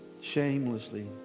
shamelessly